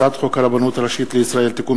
הצעת חוק הרבנות הראשית לישראל (תיקון